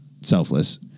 selfless